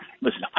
listen